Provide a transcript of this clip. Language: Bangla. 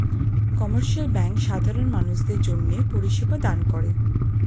কমার্শিয়াল ব্যাঙ্ক সাধারণ মানুষদের জন্যে পরিষেবা দান করে